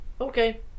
Okay